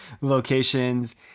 locations